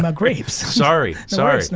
um grapes. sorry, sorry.